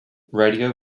radio